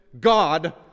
God